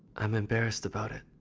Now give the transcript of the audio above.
i'm embarrassed about it.